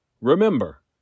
Remember